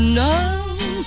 none